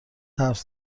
حرف